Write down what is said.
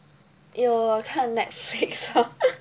有看 Netflix lor